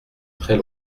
très